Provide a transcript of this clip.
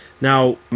Now